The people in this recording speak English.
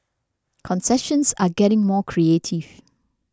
concessions are getting more creative